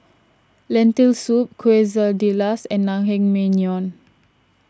Lentil Soup Quesadillas and Naengmyeon